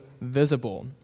visible